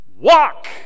Walk